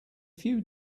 few